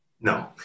No